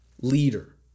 leader